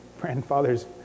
grandfather's